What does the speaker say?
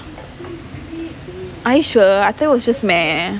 are you sure I thought it was just meh